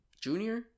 junior